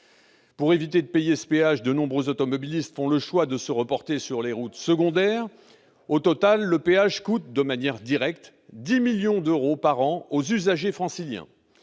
Pour éviter de payer ce péage, de nombreux automobilistes font le choix de se reporter sur les routes secondaires. Au total, le péage coûte, de manière directe, 10 millions d'euros par an aux usagers franciliens